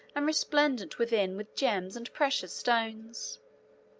and resplendent within with gems and precious stones.